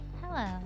hello